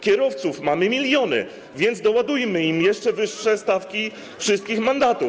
Kierowców mamy miliony, więc doładujmy im jeszcze wyższe stawki wszystkich mandatów.